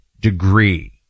degree